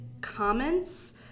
comments